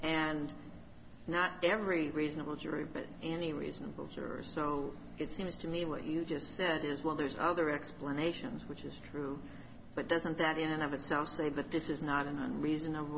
and not every reasonable jury but any reasonable service so it seems to me what you just said is well there's other explanations which is true but doesn't that in and of itself say that this is not an